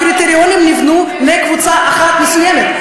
הקריטריונים נבנו לקבוצה אחת מסוימת,